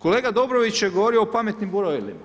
Kolega Dobrović je govorio o pametnim brojilima,